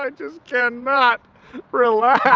ah just cannot relax.